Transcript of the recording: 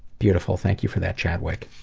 beautiful. thank you for that, chadwick.